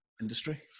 industry